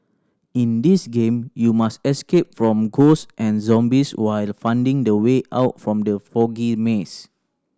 in this game you must escape from ghost and zombies while finding the way out from the foggy maze